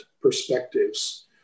perspectives